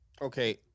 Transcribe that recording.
Okay